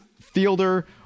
fielder